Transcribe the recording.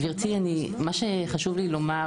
גברתי, מה שחשוב לי לומר